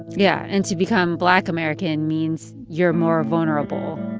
yeah, and to become black american means you're more vulnerable.